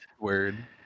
Word